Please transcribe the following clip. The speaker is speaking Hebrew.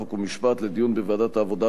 חוק ומשפט לדיון בוועדת העבודה,